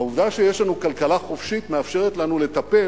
העובדה שיש לנו כלכלה חופשית מאפשרת לנו לטפל